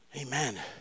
Amen